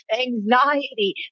anxiety